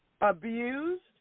abused